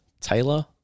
Taylor